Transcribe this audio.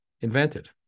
invented